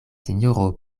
sinjoro